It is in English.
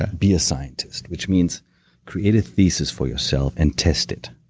ah be a scientist, which means create a thesis for yourself and test it.